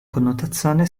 connotazione